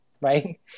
right